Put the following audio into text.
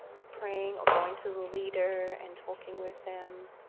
praying or going to the leader and talking with them.